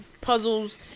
puzzles